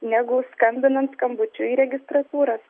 negu skambinant skambučiu į registratūrą